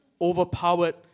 overpowered